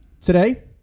today